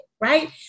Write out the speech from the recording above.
right